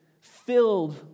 filled